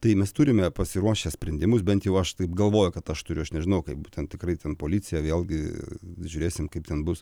tai mes turime pasiruošę sprendimus bent jau aš taip galvoju kad aš turiu aš nežinau kaip būtent tikrai ten policija vėlgi žiūrėsim kaip ten bus